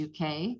UK